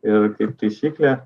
ir kaip taisyklė